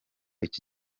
iki